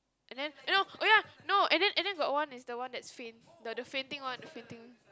and then you know oh ya no and then and then got one is the one that faint the the fainting one the fainting one